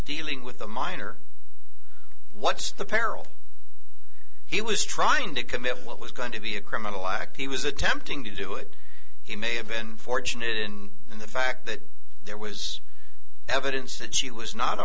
dealing with a minor what's the peril he was trying to commit what was going to be a criminal act he was attempting to do it he may have been fortunate in the fact that there was evidence that she was not a